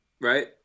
Right